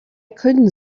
couldn’t